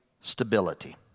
stability